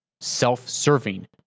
self-serving